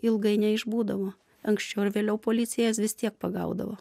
ilgai neišbūdavo anksčiau ar vėliau policija jas vis tiek pagaudavo